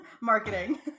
Marketing